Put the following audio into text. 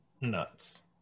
nuts